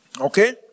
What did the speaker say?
Okay